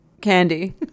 candy